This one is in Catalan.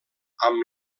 amb